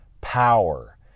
power